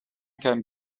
can